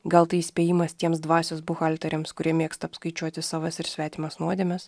gal tai įspėjimas tiems dvasios buhalteriams kurie mėgsta apskaičiuoti savas ir svetimas nuodėmes